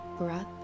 breath